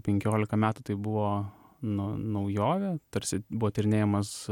penkiolika metų tai buvo na naujovė tarsi buvo tyrinėjamas